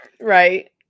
Right